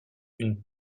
une